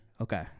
Okay